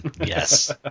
Yes